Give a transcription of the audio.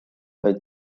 vaid